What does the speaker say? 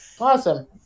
Awesome